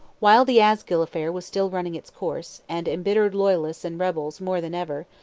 while the asgill affair was still running its course, and embittering loyalists and rebels more than ever,